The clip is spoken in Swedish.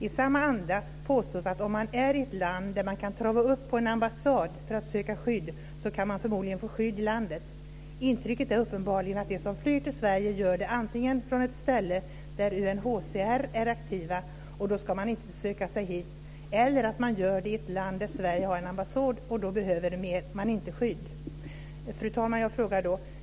I samma anda påstås att om man är i ett land där man kan trava upp på en ambassad för att söka skydd kan man förmodligen få skydd i landet. Intrycket är uppenbarligen att de som flyr till Sverige gör det antingen från ett ställe där UNHCR är aktiva, och då ska man inte söka sig hit, eller att man gör det i ett land där Sverige har en ambassad och då behöver man inte skydd. Fru talman! Då har jag en fråga.